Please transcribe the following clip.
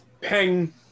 Ping